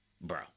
bro